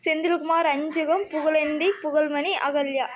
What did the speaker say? Senthilkumar Anjugam Pugazhendhi Pugazhmani Ahalya